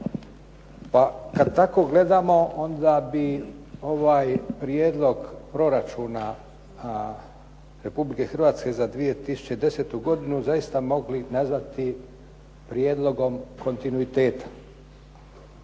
kada tako gledamo, onda bi ovaj prijedlog proračuna Republike Hrvatske za 2010. godinu zaista mogli nazvati prijedlogom kontinuiteta.